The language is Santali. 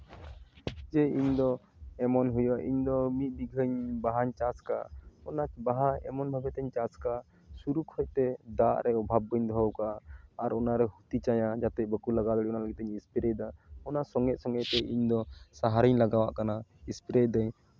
ᱡᱮ ᱤᱧᱫᱚ ᱮᱢᱚᱱ ᱦᱩᱭᱩᱜ ᱤᱧᱫᱚ ᱢᱤᱫ ᱵᱤᱜᱷᱟᱹ ᱵᱟᱦᱟᱧ ᱪᱟᱥ ᱠᱟᱜᱼᱟ ᱚᱱᱟ ᱵᱟᱦᱟ ᱮᱢᱚᱱ ᱵᱷᱟᱵᱮ ᱛᱤᱧ ᱪᱟᱥ ᱠᱟᱜᱼᱟ ᱥᱩᱨᱩ ᱠᱷᱚᱱ ᱛᱮ ᱫᱟᱜ ᱨᱮᱭᱟᱜ ᱚᱵᱷᱟᱵ ᱵᱟᱹᱧ ᱫᱚᱦᱚ ᱟᱠᱟᱜᱼᱟ ᱟᱨ ᱚᱱᱟᱨᱮ ᱦᱩᱛᱤ ᱪᱟᱭᱟ ᱡᱟᱛᱮ ᱵᱟᱠᱚ ᱞᱟᱜᱟᱣ ᱫᱟᱲᱮᱜ ᱚᱱᱟ ᱞᱟᱹᱜᱤᱫ ᱛᱤᱧ ᱮᱥᱯᱨᱮᱭᱮᱟᱫᱟ ᱚᱱᱟ ᱥᱚᱸᱜᱮ ᱥᱚᱸᱜᱮ ᱛᱮ ᱤᱧᱫᱚ ᱥᱟᱨ ᱤᱧ ᱞᱟᱜᱟᱣᱟᱜ ᱠᱟᱱᱟ ᱥᱯᱨᱮᱭᱮᱫᱟᱹᱧ